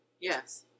Yes